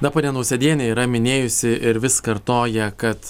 na ponia nausėdienė yra minėjusi ir vis kartoja kad